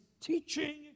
teaching